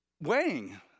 weighing